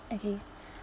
okay